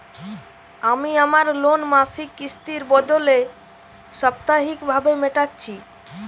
আমি আমার লোন মাসিক কিস্তির বদলে সাপ্তাহিক ভাবে মেটাচ্ছি